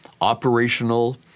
operational